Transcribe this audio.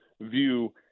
view